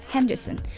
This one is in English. Henderson